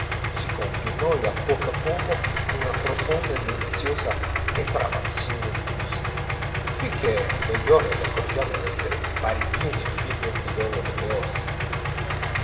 si compie in noi a poco a poco una profonda e deliziosa depravazione di gusti fin che un bel giorno ci accorgiamo d'essere parigini fin nel midollo delle ossa